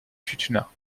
futuna